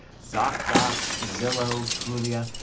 sock docs, zillow, trulia.